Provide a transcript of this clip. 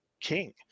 king